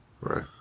Right